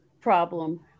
problem